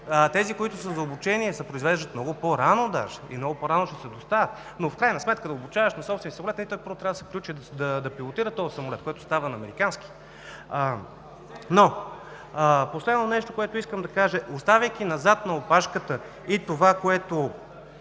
тези, които са за обучение, се произвеждат даже много по-рано и много по-рано ще се доставят, но в крайна сметка да обучаваш на собствения си самолет, то първо трябва да се включи да пилотира този самолет, което става на американски. Последно нещо, което искам да кажа: оставяйки назад на опашката – и това, което